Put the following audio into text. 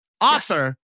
author